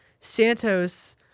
santos